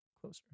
Closer